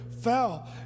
fell